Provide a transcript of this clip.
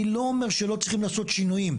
אני לא אומר שלא צריכים לעשות שינויים,